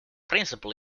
principal